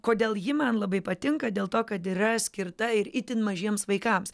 kodėl ji man labai patinka dėl to kad yra skirta ir itin mažiems vaikams